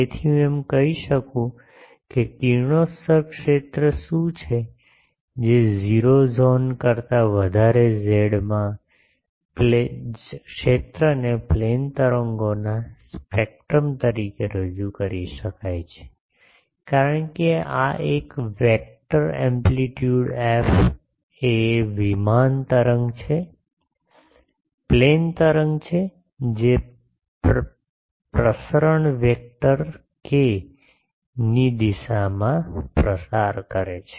તેથી હું એમ કહી શકું છું કે કિરણોત્સર્ગ ક્ષેત્ર શું છે જે 0 ઝોન કરતા વધારે ઝેડમાં ક્ષેત્રને પ્લેન તરંગોના સ્પેક્ટ્રમ તરીકે રજૂ કરી શકાય છે કારણ કે આ એક વેક્ટર એમ્પ્લીટયુડ એફ એ પ્લેન તરંગ છે જે પ્રસરણ વેક્ટર કે ની દિશામાં પ્રસાર કરે છે